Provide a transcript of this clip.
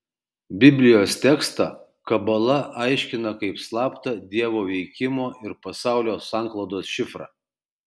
biblijos tekstą kabala aiškina kaip slaptą dievo veikimo ir pasaulio sanklodos šifrą